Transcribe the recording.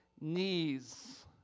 knees